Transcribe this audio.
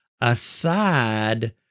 aside